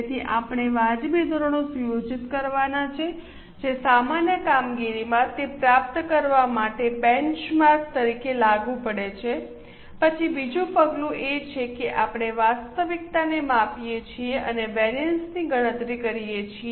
તેથી આપણે વાજબી ધોરણો સુયોજિત કરવાના છે જે સામાન્ય કામગીરીમાં તે પ્રાપ્ત કરવા માટે બેંચમાર્ક તરીકે લાગુ પડે છે પછી બીજું પગલું એ છે કે આપણે વાસ્તવિકતાને માપીએ છીએ અને વિવિધતાની ગણતરી કરીએ છીએ